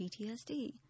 PTSD